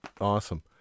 Awesome